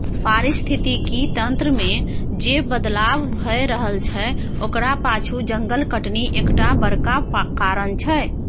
पारिस्थितिकी तंत्र मे जे बदलाव भए रहल छै ओकरा पाछु जंगल कटनी एकटा बड़का कारण छै